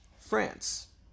France